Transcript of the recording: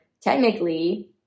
technically